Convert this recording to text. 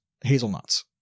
hazelnuts